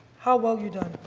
how well you done.